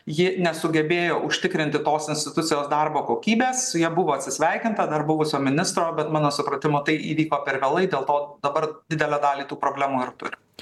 ji nesugebėjo užtikrinti tos institucijos darbo kokybės su ja buvo atsisveikinta dar buvusio ministro bet mano supratimu tai įvyko per vėlai dėl to dabar didelę dalį tų problemų ir turim